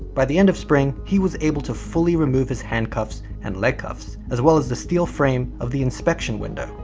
by the end of spring, he was able to fully remove his handcuffs and leg cuffs, as well as the steel frame of the inspection window.